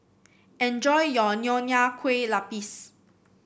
enjoy your Nonya Kueh Lapis